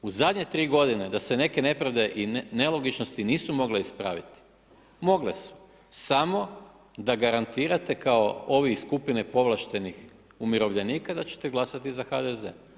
U zadnje 3 godine da se neke nepravde i nelogičnosti nisu mogle ispraviti, mogle su samo da garantirate kao ovi iz skupine povlaštenih umirovljenika da ćete glasati za HDZ.